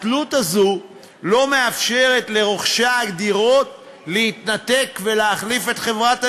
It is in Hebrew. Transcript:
התלות הזו לא מאפשרת לרוכשי הדירות להתנתק ולהחליף את חברת הניהול.